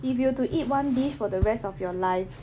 if you to eat one dish for the rest of your life